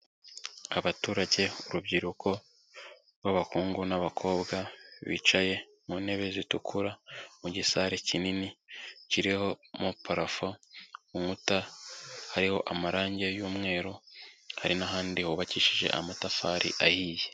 Abaturage, urubyiruko rw'abahungu n'abakobwa, bicaye mu ntebe zitukura mu gisare kinini kirimo parafo, ku nkuta hariho amarangi y'umweru, hari n'ahandi hubakishije amatafari ahiye.